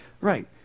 Right